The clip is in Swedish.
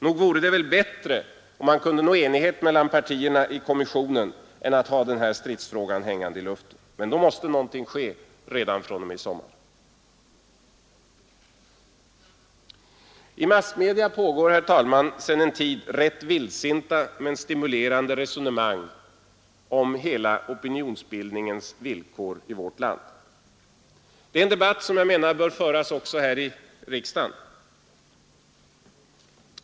Nog vore det väl bättre om man kunde nå enighet mellan partierna i kommissionen än att ha denna stridsfråga hängande i luften. Men då måste något ske redan fr.o.m. i sommar. I massmedia pågår sedan en tid rätt vildsinta men stimulerande resonemang om hela opinionsbildningens villkor i vårt land. Det är en debatt som jag menar bör föras också här i riksdagen.